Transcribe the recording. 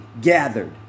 gathered